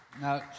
Now